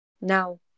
now